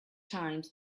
times